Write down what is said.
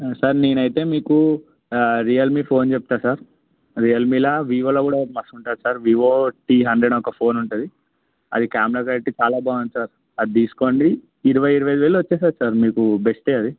sir నేను అయితే మీకు రియల్మీ ఫోన్ చెప్తాను సార్ రియల్మీలో వివోలో కూడా ఒక మస్త్ ఉంటుంది సార్ వివో టీ హండ్రెడ్ ఒక ఫోన్ ఉంటుంది అది కెమెరా క్వాలిటి చాలా బాగుంటుంది అది తీసుకోండి ఇరవై ఇరవై ఐదువేలలో వస్తుంది సార్ మీకు బెస్ట్ అది